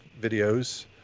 videos